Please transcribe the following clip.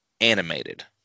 animated